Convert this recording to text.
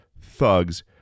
thugs